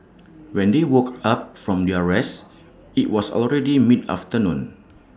when they woke up from their rest IT was already mid afternoon